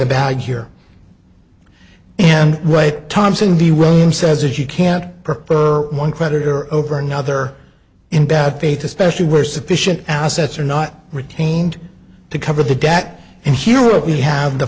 the bag here and right tom saying the wrong name says it you can't prefer one creditor over another in bad faith especially where sufficient assets are not retained to cover the debt and here we have the